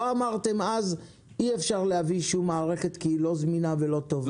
לא אמרתם אז שאי אפשר להביא שום מערכת כי הן לא זמינות ולא טובות.